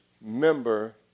member